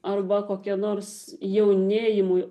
arba kokie nors jaunėjimui